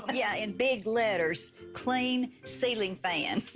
but yeah, in big letters, clean ceiling fan.